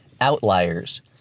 Outliers